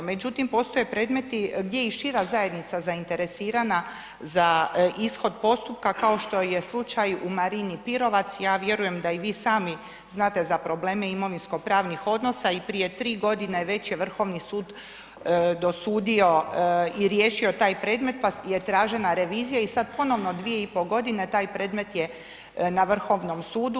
Međutim, postoje predmeti gdje je i šira zajednica zainteresirana za ishod postupka kao što je slučaj u Marini Pirovac, ja vjerujem da i vi sami znate za probleme imovinsko-pravnih odnosa i prije tri godine već je Vrhovni sud dosudio i riješio taj predmet pa je tražena revizija i sada ponovno dvije i pol godine taj predmet je na Vrhovnom sudu.